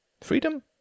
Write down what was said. Freedom